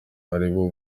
aribo